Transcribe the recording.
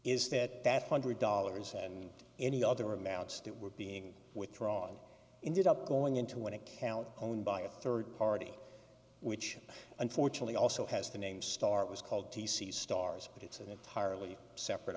is that that hundred dollars and any other amounts that were being withdrawn indeed up going into an account owned by a third party which unfortunately also has the name star it was called t c stars but it's an entirely separate